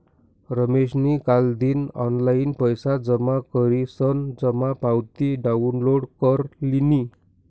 रमेशनी कालदिन ऑनलाईन पैसा जमा करीसन जमा पावती डाउनलोड कर लिनी